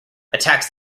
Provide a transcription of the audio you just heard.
attacks